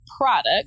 product